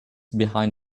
behind